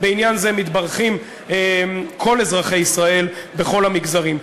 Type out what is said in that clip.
בעניין זה מתברכים כל אזרחי ישראל בכל המגזרים.